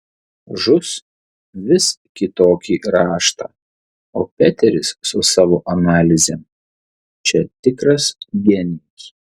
žus vis kitokį raštą o peteris su savo analizėm čia tikras genijus